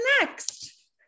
next